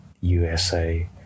usa